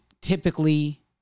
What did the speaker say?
typically